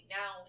now